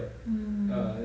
mm